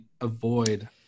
avoid